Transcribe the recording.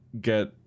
get